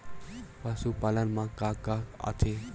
पशुपालन मा का का आथे?